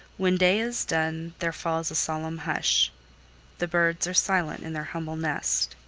when day is done there falls a solemn hush the birds are silent in their humble nest.